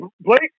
Blake